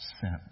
sent